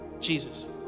Jesus